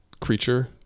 creature